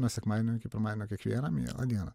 nuo sekmadienio iki pirmadienio kiekvieną mielą dieną